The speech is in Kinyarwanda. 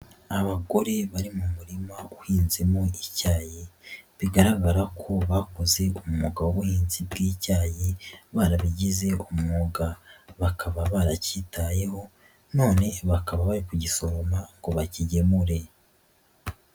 Abagore bari mu murima uhinzemo icyayi bigaragara ko bakoze umwuga w'ubuhinzi bw'icyayi barabigize umwuga, bakaba barakitayeho none bakaba bari kugisoroma ngo bakigemure.